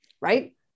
right